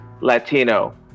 Latino